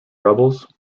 rebels